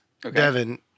Devin